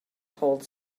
told